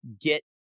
get